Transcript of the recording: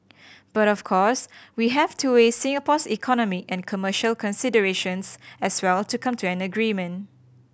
but of course we have to weigh Singapore's economic and commercial considerations as well to come to an agreement